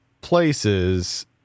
places